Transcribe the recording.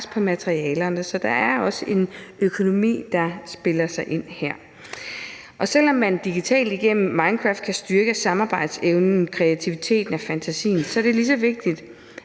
på materialerne. Så der er også en økonomi, der spiller ind her. Og selv om man digitalt igennem »Minecraft« kan styrke samarbejdsevnen, kreativiteten og fantasien, er det lige så vigtigt,